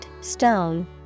stone